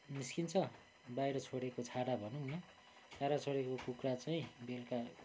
निस्किन्छ बाहिर छोडेको छाडा भनौँ न छाडा छोडेको कुखुरा चाहिँ बेलुका